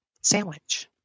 sandwich